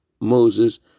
Moses